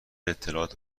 اطلاعات